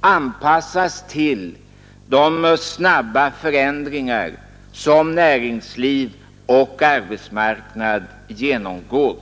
alltså anpassas till de snabba förändringar som näringsliv och arbetsmarknad genomgår.